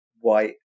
white